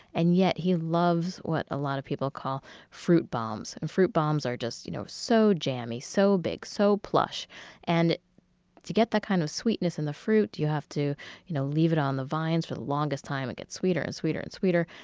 and yet he loves what a lot of people call fruit bombs. and fruit bombs are just you know so jammy, so big, so plush and to get that kind of sweetness in the fruit, you have to you know leave it on the vines for the longest time. it gets sweeter and sweeter and sweeter,